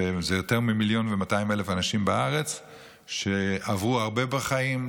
יותר מ-מיליון ו-200,000 אנשים בארץ שעברו הרבה בחיים,